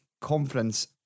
conference